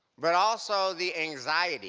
but also the anxiety